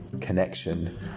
connection